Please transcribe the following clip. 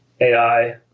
AI